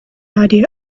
idea